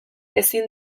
ezin